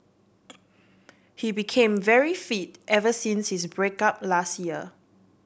he became very fit ever since his break up last year